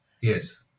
yes